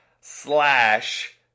slash